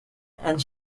and